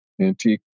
antique